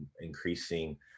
increasing